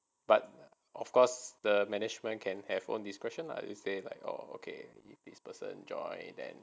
but of course the management can have own discretion is there like oh okay if this person join then